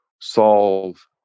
solve